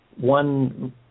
One